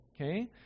okay